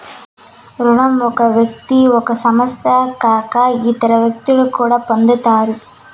రుణం ఒక వ్యక్తి ఒక సంస్థ కాక ఇతర వ్యక్తులు కూడా పొందుతారు